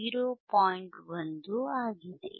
1 ಆಗಿದೆ